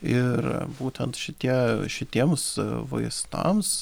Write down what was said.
ir būtent šitie šitiems vaistams